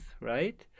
right